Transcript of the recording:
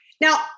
Now